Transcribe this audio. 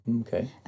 Okay